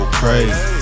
crazy